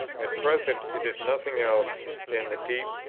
at present it is nothing else than that deep,